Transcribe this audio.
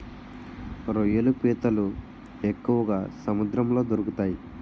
రొయ్యలు పీతలు ఎక్కువగా సముద్రంలో దొరుకుతాయి